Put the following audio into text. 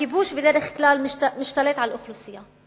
הכיבוש בדרך כלל משתלט על אוכלוסייה,